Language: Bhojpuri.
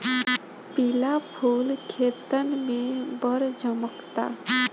पिला फूल खेतन में बड़ झम्कता